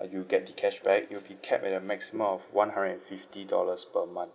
uh you get the cashback you'll be cap at a maximum of one hundred and fifty dollars per month